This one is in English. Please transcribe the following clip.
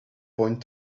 point